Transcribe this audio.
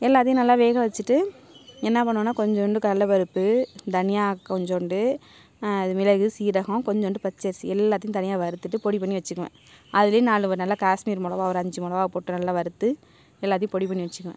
எல்லாத்தையும் நல்லா வேக வச்சுட்டு என்ன பண்ணுவேன்னால் கொஞ்சோண்டு கடலபருப்பு தனியா கொஞ்சோண்டு மிளகு சீரகம் கொஞ்சோண்டு பச்ச அரிசி எல்லாத்தையும் தனியாக வறுத்துவிட்டு பொடி பண்ணி வச்சுக்குவேன் அதிலயே நாலு நல்லா காஷ்மீர் மிளகா ஒரு அஞ்சு மிளவாவ போட்டு நல்லா வறுத்து எல்லாத்தையும் பொடி பண்ணி வச்சுருவேன்